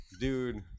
dude